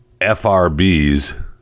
FRBs